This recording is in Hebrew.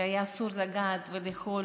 והיה אסור לגעת ולאכול.